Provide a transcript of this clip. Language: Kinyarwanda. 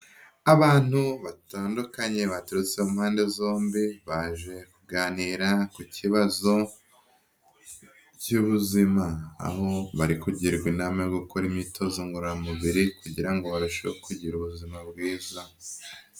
Abantu batandukanye baturutse mu mpande zombi baje kuganira ku kibazo cy'ubuzima, aho bari kugirwa inama yo gukora imyitozo ngororamubiri, kugira ngo barusheho kugira ubuzima bwiza.